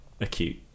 Acute